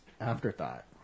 Afterthought